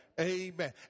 Amen